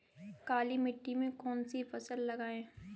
काली मिट्टी में कौन सी फसल लगाएँ?